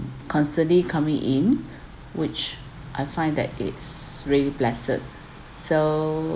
constantly coming in which I find that it's really blessed so